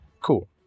cool